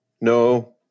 no